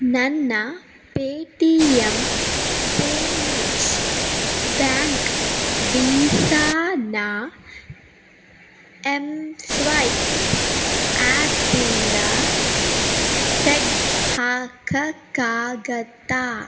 ನನ್ನ Paytm payments bank ವೀಸಾನ M swipe ಆ್ಯಪಿಂದ ತೆಗೆದು ಹಾಕೋಕ್ಕಾಗತ್ತಾ